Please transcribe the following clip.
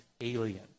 alien